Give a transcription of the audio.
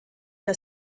der